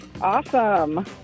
Awesome